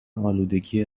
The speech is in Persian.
آلودگی